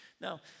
Now